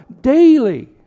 daily